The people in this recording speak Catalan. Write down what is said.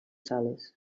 sales